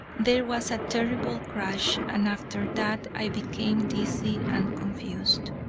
there was a terrible crash, and after that i became dizzy and confused.